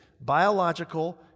biological